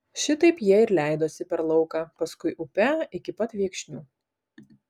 šitaip jie ir leidosi per lauką paskui upe iki pat viekšnių